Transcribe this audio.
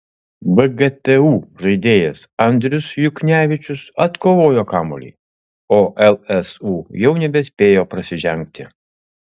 vgtu žaidėjas andrius juknevičius atkovojo kamuolį o lsu jau nebespėjo prasižengti